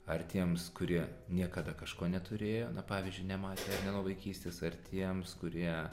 ar tiems kurie niekada kažko neturėjo na pavyzdžiui nematė nuo vaikystės ar tiems kurie